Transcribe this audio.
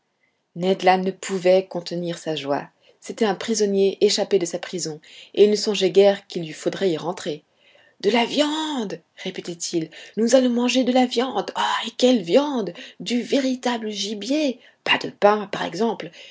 land ne pouvait contenir sa joie c'était un prisonnier échappé de sa prison et il ne songeait guère qu'il lui faudrait y rentrer de la viande répétait-il nous allons donc manger de la viande et quelle viande du véritable gibier pas de pain par exemple